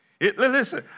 Listen